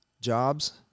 jobs